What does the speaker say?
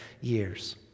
years